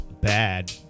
bad